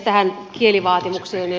tähän kielivaatimukseen